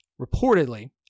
reportedly